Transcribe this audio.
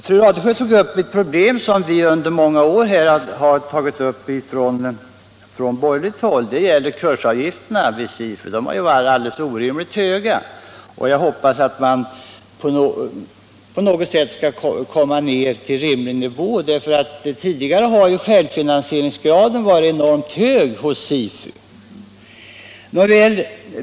Fru Radesjö tog upp ett problem som vi under många år uppmärksammat från borgerligt håll, nämligen kursavgifterna vid SIFU. Dessa avgifter har varit alldeles för höga, och jag hoppas att man på något sätt skall komma ned till en rimlig nivå. Tidigare har SIFU:s självfinansieringsgrad varit enormt hög.